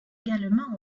également